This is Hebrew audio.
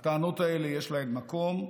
הטענות האלה, יש להן מקום.